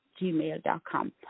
gmail.com